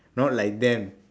not like them